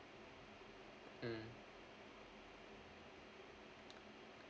mm